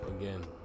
again